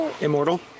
immortal